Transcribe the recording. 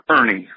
Ernie